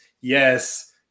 Yes